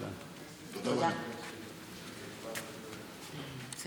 בבקשה, אחד מן השני כהנחיות משרד הבריאות.